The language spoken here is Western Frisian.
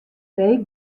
reek